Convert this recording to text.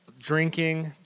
drinking